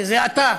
שזה אתה,